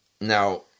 Now